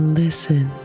listen